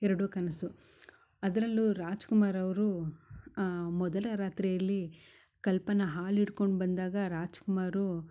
ಎರಡು ಕನಸು ಅದರಲ್ಲೂ ರಾಜ್ಕುಮಾರ್ ಅವರು ಮೊದಲ ರಾತ್ರಿಯಲ್ಲಿ ಕಲ್ಪನಾ ಹಾಲು ಇಟ್ಕೊಂಡು ಬಂದಾಗ ರಾಜ್ಕುಮಾರು